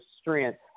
strength